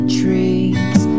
trees